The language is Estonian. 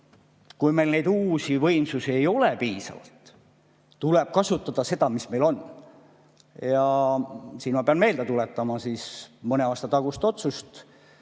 kuni meil uusi võimsusi ei ole piisavalt, tuleb kasutada seda, mis meil on. Siinkohal ma pean meelde tuletama mõne aasta tagust otsust.